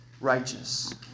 righteous